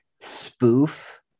spoof